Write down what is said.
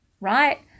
right